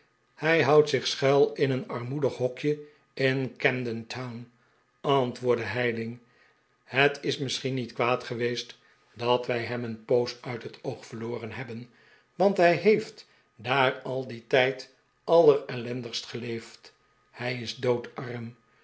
hij houdt zich schuil in een armoedig hokje in camden town antwoordde heyling het is misschien niet kwaad geweest dat wij hem een poos uit het oog verloren hebben want hij heeft daar al dien tijd allerellendigst geleefd hij is doodarm